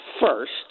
first